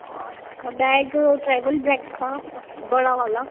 अच्छा bag travel bag था बड़ा वाला